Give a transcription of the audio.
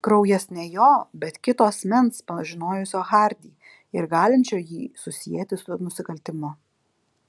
kraujas ne jo bet kito asmens pažinojusio hardį ir galinčio jį susieti su nusikaltimu